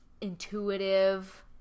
intuitive